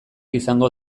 izango